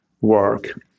work